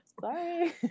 Sorry